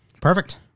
Perfect